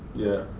yeah.